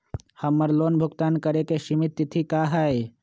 हमर लोन भुगतान करे के सिमित तिथि का हई?